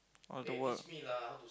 all the work